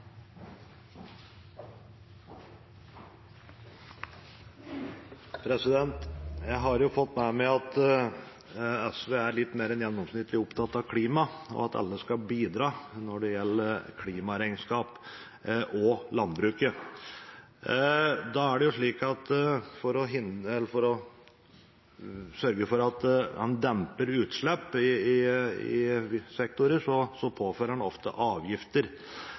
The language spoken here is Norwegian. Jeg har jo fått med meg at SV er litt mer enn gjennomsnittlig opptatt av klima, og at alle skal bidra når det gjelder klimaregnskap, også landbruket. For å sørge for at en demper utslipp i sektorer, påfører en ofte avgifter. Jeg vet at det er vanskelig for SV å være konkret, men nå gir jeg dem i hvert fall muligheten til det. Hvilke avgifter